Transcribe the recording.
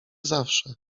zawsze